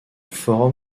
forum